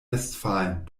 westfalen